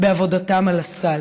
בעבודתם על הסל,